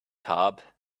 tub